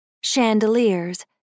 Chandeliers